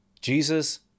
jesus